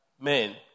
men